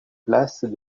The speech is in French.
places